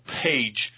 page